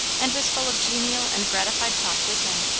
and was full of genial and gratified talk with them.